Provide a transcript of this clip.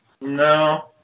no